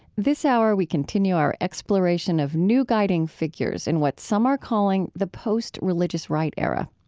this hour, we continue our exploration of new guiding figures in what some are calling the post-religious right era.